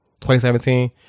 2017